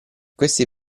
questi